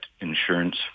insurance